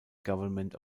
government